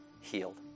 healed